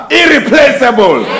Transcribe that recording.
irreplaceable